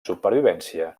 supervivència